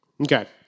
okay